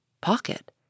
Pocket